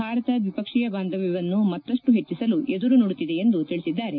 ಭಾರತ ದಿಪಕ್ಷೀಯ ಬಾಂಧವ್ನವನ್ನು ಮತ್ತಷ್ಟು ಹೆಚ್ಚಿಸಲು ಎದುರು ನೋಡುತ್ತಿದೆ ಎಂದು ತಿಳಿಸಿದ್ದಾರೆ